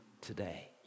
today